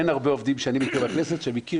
אין הרבה עובדים שאני מכיר בכנסת שמקיר